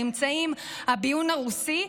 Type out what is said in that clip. נמצאים הביון הרוסי,